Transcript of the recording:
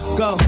go